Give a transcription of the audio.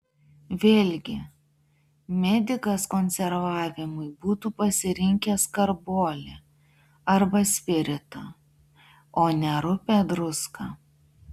vėlgi medikas konservavimui būtų pasirinkęs karbolį arba spiritą o ne rupią druską